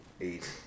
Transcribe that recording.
eight